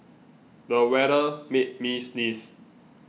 the weather made me sneeze